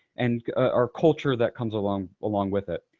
and our culture that comes along along with it.